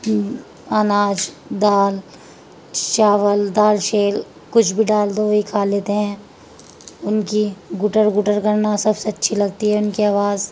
اناج دال چاول دال شیل کچھ بھی ڈال دو وہی کھا لیتے ہیں ان کی گٹر گٹر کرنا سب سے اچھی لگتی ہے ان کی آواز